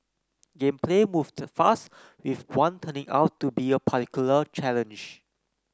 game play moved fast with one turning out to be a particular challenge